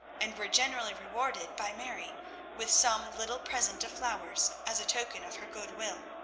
and were generally rewarded by mary with some little present of flowers as a token of her goodwill.